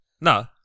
No